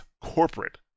corporate